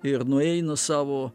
ir nueina savo